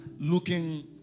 looking